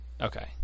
Okay